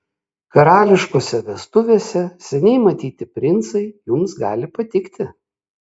karališkose vestuvėse seniai matyti princai jums gali patikti